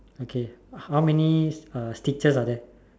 okay how many stitches are there